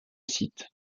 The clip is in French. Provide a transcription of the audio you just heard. site